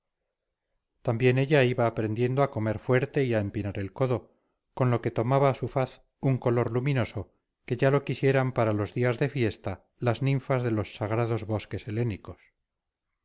también ella iba aprendiendo a comer fuerte y a empinar el codo con lo que tomaba su faz un color luminoso que ya lo quisieran para los días de fiesta las ninfas de los sagrados bosques